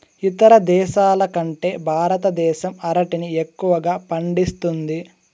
ఇతర దేశాల కంటే భారతదేశం అరటిని ఎక్కువగా పండిస్తుంది